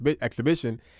exhibition